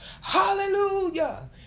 Hallelujah